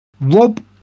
Rob